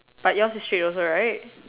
but yours is straight also right